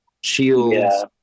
Shields